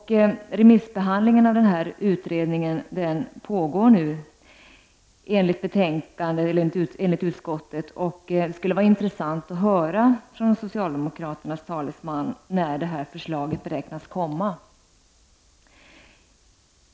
Remissbehandlingen av utredningen pågår nu, enligt utskottet. Det skulle vara intressant att få höra från socialdemokraternas talesman när förslaget beräknas komma.